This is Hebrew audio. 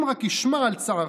אם רק ישמע על צערך,